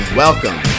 welcome